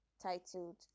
titled